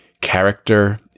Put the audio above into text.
character